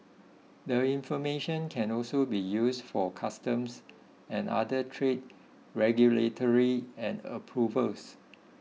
their information can also be used for customs and other trade regulatory and approvals